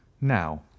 now